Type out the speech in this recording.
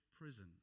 prison